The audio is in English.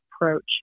approach